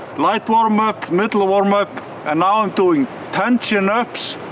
light warmup, middle-warmup and now i'm doing ten chin ups